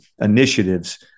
initiatives